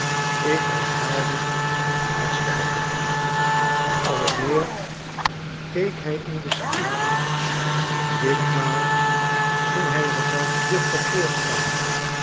ik herhaalde mijn laatste opmerking schetsen uit amerika alweer keek hij in den spiegel ditmaal ging hij er zelfs dichter voor staan